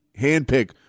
handpick